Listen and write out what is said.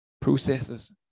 Processes